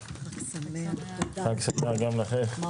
14:30.